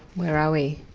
where are we?